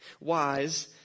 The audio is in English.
wise